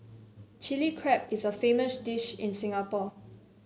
Chilli Crab is a famous dish in Singapore